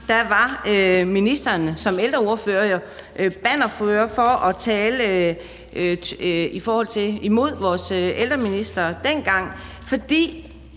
var ministeren som ældreordfører jo bannerfører, når der skulle tales imod vores ældreminister, fordi